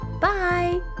Bye